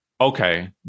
okay